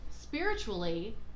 spiritually